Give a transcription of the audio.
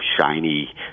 shiny